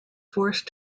forced